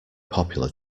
popular